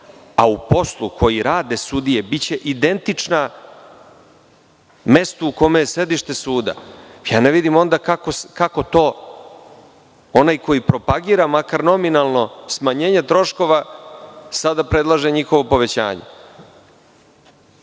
a u poslu koji rade sudije biće identična mestu u kome je sedište suda, ne vidim onda kako to onaj koji propagira makar i nominalno smanjenje troškova sada predlaže njihovo povećanje. Dakle,